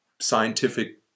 scientific